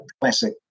classic